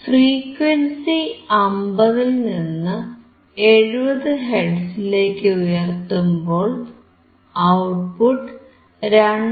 frequency 50ൽനിന്ന് 70 ഹെർട്സിലേക്ക് ഉയർത്തുമ്പോൾ ഔട്ട്പുട്ട് 2